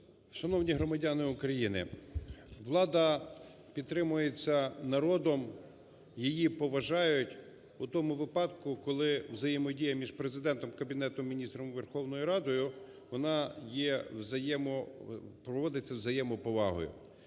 Шановні громадяни України! Влада підтримується народом, її поважають у тому випадку, коли взаємодія між Президентом, Кабінетом Міністрів і Верховною Радою, вона євзаємо… проводиться із взаємоповагою.